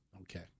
Okay